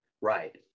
Right